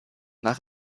nach